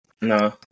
No